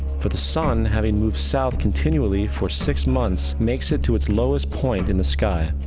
for the sun, having moved south continually for six months, makes it to it's lowest point in the sky.